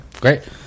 Great